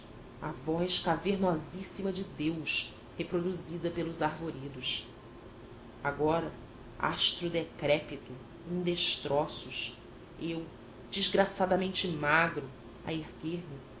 a voz cavernosíssima de deus reproduzida pelos arvoredos agora astro decrépito em destroços eu desgraçadamente magro a eguer me